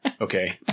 Okay